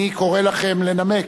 אני קורא לכם לנמק.